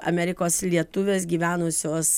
amerikos lietuvės gyvenusios